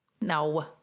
No